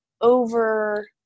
over